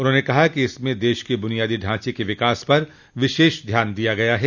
उन्होंने कहा कि इसमें देश बुनियादी ढांचे के विकास पर विशेष ध्यान दिया गया है